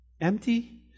empty